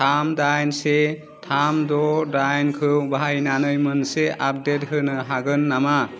थाम दाइन से थाम द' दाइनखौ बाहायनानै मोनसे आपडेट होनो हागोन नामा